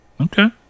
Okay